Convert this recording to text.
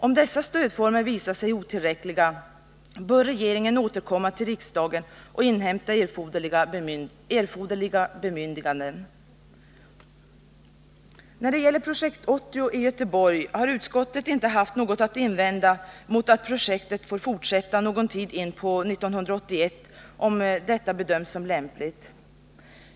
Om dessa stödformer visar sig otillräckliga bör regeringen återkomma till riksdagen och inhämta erforderliga bemyndiganden. När det gäller Projekt 80 i Göteborg har utskottet inte haft något att invända mot att projektet får fortsätta någon tid in på 1981, om detta bedöms som lämpligt.